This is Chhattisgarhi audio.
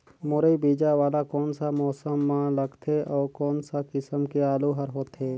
मुरई बीजा वाला कोन सा मौसम म लगथे अउ कोन सा किसम के आलू हर होथे?